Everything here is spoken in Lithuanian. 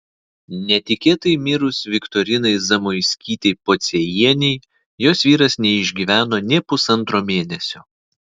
netikėtai mirus viktorinai zamoiskytei pociejienei jos vyras neišgyveno nė pusantro mėnesio